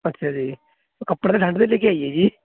ਅੱਛਾ ਜੀ ਕੱਪੜੇ ਠੰਡ ਦੇ ਲੈ ਕੇ ਆਈਏ ਜੀ